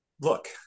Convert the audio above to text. look